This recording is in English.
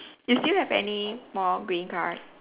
you still have any more green card